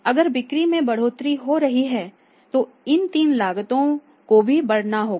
अगर बिक्री में बढ़ोतरी हो रही है तो इन 3 लागतों को भी बढ़ाना होगा